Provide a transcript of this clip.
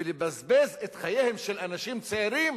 ולבזבז את חייהם של אנשים צעירים